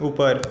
ऊपर